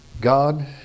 God